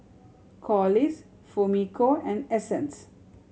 Corliss Fumiko and Essence